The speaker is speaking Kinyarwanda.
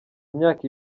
myaka